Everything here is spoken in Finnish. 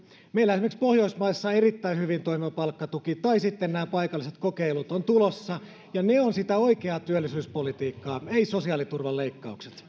meillä on esimerkiksi pohjoismaissa erittäin hyvin toimiva palkkatuki ja sitten nämä paikalliset kokeilut ovat tulossa ja ne ovat sitä oikeaa työllisyyspolitiikkaa eivät sosiaaliturvan leikkaukset